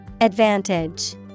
Advantage